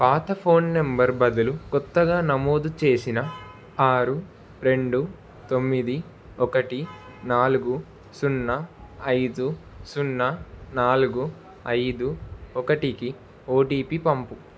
పాత phone number బదులు క్రొత్తగా నమోదు చేసిన ఆరు రెండు తొమ్మిది ఒకటి నాలుగు సున్నా ఐదు సున్నా నాలుగు ఐదు ఒకటికి ఓటీపీ పంపుము